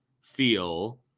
feel